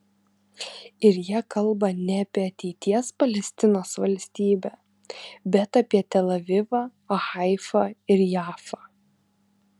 ir jie kalba ne apie ateities palestinos valstybę bet apie tel avivą haifą ir jafą